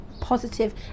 positive